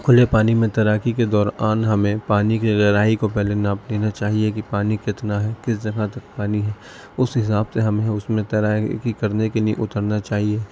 کھلے پانی میں تیراکی کے دورآن ہمیں پانی کے گہرائی کو پہلے ناپ لینا چاہیے کہ پانی کتنا ہے کس جگہ تک پانی ہے اس حساب سے ہمیں اس میں تیراکی کرنے کے لیے اترنا چاہیے